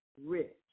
rich